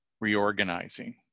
reorganizing